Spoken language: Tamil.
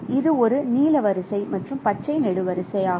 இது ஒரு நீல வரிசை மற்றும் பச்சை நெடுவரிசை இடம்